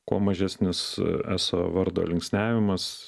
kuo mažesnis eso vardo linksniavimas